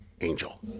angel